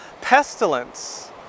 pestilence